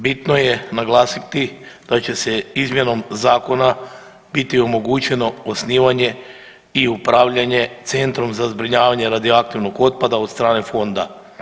Bitno je naglasiti da će se izmjenom Zakona biti omogućeno osnivanje i upravljanje centrom za zbrinjavanje radioaktivnog otpada od strane Fonda.